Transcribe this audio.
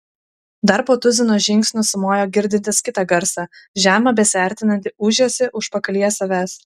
dar po tuzino žingsnių sumojo girdintis kitą garsą žemą besiartinantį ūžesį užpakalyje savęs